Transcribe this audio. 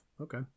okay